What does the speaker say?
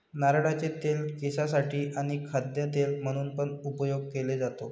नारळाचे तेल केसांसाठी आणी खाद्य तेल म्हणून पण उपयोग केले जातो